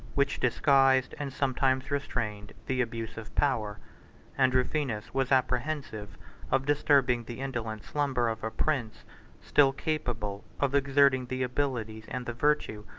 which disguised, and sometimes restrained, the abuse of power and rufinus was apprehensive of disturbing the indolent slumber of a prince still capable of exerting the abilities and the virtue,